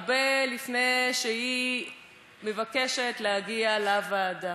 הרבה לפני שהיא מבקשת להגיע לוועדה.